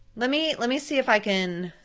let me let me see if i can,